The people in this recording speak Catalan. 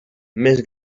més